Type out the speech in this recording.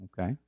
Okay